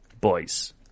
Boys